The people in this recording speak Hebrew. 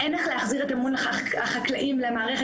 אין איך להחזיר את אמון החקלאים למערכת